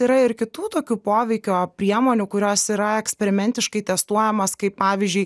yra ir kitų tokių poveikio priemonių kurios yra eksperimentiškai testuojamos kaip pavyzdžiui